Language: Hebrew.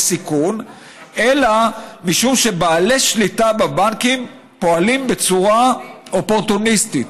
סיכון אלא מכך שבעלי שליטה בבנקים פועלים בצורה אופורטוניסטית,